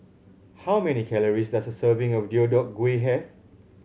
how many calories does a serving of Deodeok Gui have